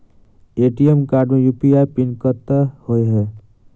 ATM card मे UPI PIN कतह होइ है?